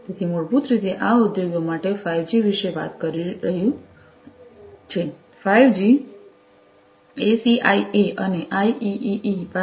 તેથી મૂળભૂત રીતે આ ઉદ્યોગો માટે 5 જી વિશે વાત કરી રહ્યું છે 5 જી એસીઆઈએ અને આઇઇઇઇ પાસે 802